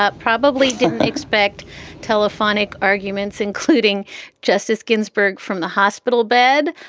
ah probably didn't expect telephonic arguments, including justice ginsburg from the hospital bed,